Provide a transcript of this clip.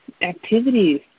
activities